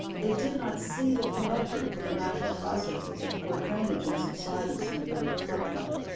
they did not see the connection to the natural processes of poor drainage and subsidence in the buried flood plain.